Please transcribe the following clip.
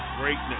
Greatness